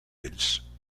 ells